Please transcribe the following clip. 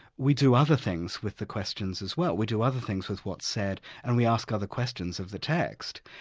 we do other things with the questions as well, we do other things with what's said and we ask other questions of the text,